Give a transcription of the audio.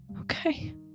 Okay